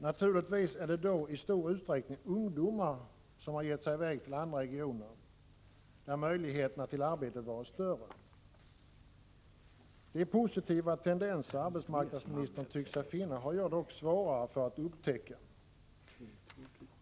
Naturligtvis är det då i stor utsträckning ungdomar som gett sig i väg till andra regioner där möjligheterna till arbete varit större. De positiva tendenser som arbetsmarknadsministern tycker sig finna har jag dock svårare att upptäcka.